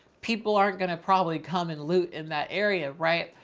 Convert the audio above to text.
people aren't going to probably come and loot in that area. right.